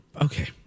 okay